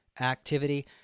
activity